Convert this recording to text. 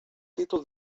títol